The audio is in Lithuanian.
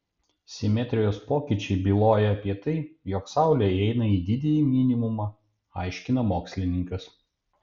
simetrijos pokyčiai byloja apie tai jog saulė įeina į didįjį minimumą aiškina mokslininkas